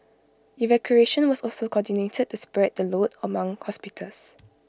evacuation was also coordinated to spread the load among hospitals